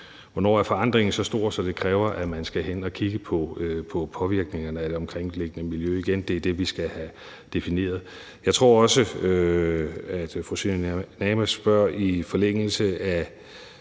hvornår forandringen er så stor, at det kræver, at man skal hen at kigge på påvirkningen af det omkringliggende miljø igen. Det er det, vi skal have defineret. Jeg tror også, at fru Samira Nawa spørger i forlængelse af